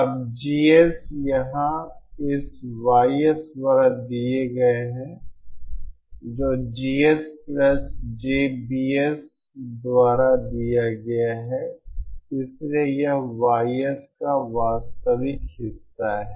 अब Gs यहां इस Ys द्वारा दिया गया है जो Gs प्लस jBs द्वारा दिया गया है इसलिए यह Ys का वास्तविक हिस्सा है